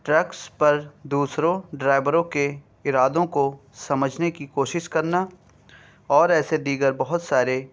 tricks پر دوسروں ڈرائیوروں کے ارادوں کو سمجھنے کی کوشس کرنا اور ایسے دیگر بہت سارے